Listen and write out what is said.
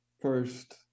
first